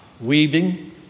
weaving